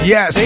Yes